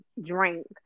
drink